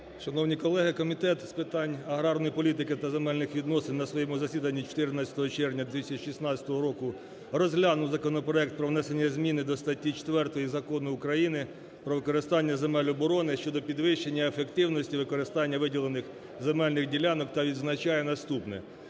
Шановні колеги! Комітет з питань аграрної політики та земельних відносин на своєму засіданні 14 червня 2016 року розглянув законопроект про внесення зміни до статті 4 Закону України "Про використання земель оброни" (щодо підвищення ефективності використання виділених земельних ділянок) та відзначає наступне: